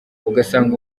ugasanga